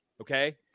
Okay